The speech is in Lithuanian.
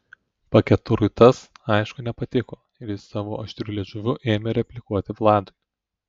paketurui tas aišku nepatiko ir jis savo aštriu liežuviu ėmė replikuoti vladui